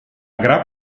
grap